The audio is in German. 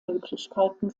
möglichkeiten